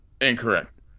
Incorrect